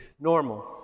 normal